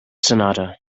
sonata